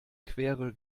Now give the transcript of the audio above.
queere